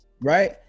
Right